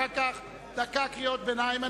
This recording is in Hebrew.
אחר כך אני אתן דקה לקריאות ביניים,